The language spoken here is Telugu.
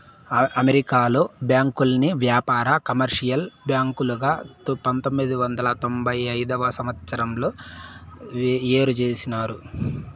అమెరికాలో బ్యాంకుల్ని వ్యాపార, కమర్షియల్ బ్యాంకులుగా పంతొమ్మిది వందల తొంభై తొమ్మిదవ సంవచ్చరంలో ఏరు చేసినారు